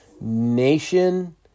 nation